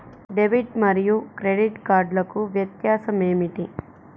Debit మరియు credit కార్డ్లకు వ్యత్యాసమేమిటీ?